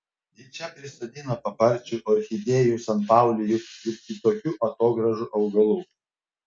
ji čia prisodino paparčių orchidėjų sanpaulijų ir kitokių atogrąžų augalų